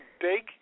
big